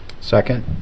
Second